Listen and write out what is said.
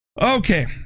Okay